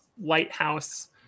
lighthouse